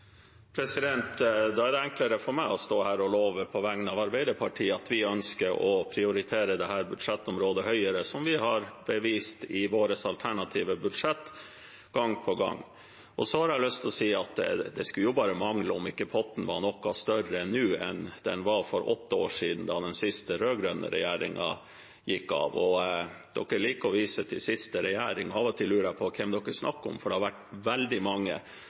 er enklere for meg å stå her og love på vegne av Arbeiderpartiet at vi ønsker å prioritere dette budsjettområdet høyere, noe vi har bevist i vårt alternative budsjett gang på gang. Så har jeg lyst til å si at det skulle bare mangle om ikke potten var noe større nå enn den var for åtte år siden, da den siste rød-grønne regjeringen gikk av. Man liker å vise til siste regjering, men av og til lurer jeg på hvem man snakker om, for det har vært veldig mange.